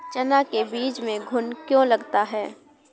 चना के बीज में घुन क्यो लगता है?